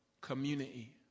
community